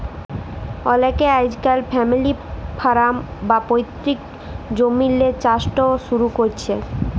অলেকে আইজকাইল family farm বা পৈত্তিক জমিল্লে চাষট শুরু ক্যরছে